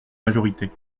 majorité